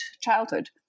childhood